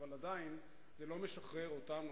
אבל זה עדיין לא משחרר אותנו,